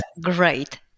great